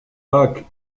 pâques